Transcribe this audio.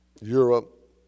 Europe